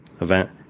event